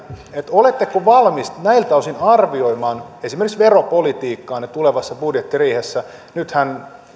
oletteko valmis näiltä osin arvioimaan esimerkiksi veropolitiikkaanne tulevassa budjettiriihessä nythän